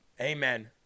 Amen